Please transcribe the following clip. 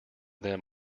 them